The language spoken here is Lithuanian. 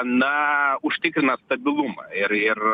na užtikrina stabilumą ir ir